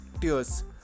tears